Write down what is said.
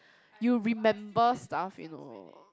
you remember stuff you know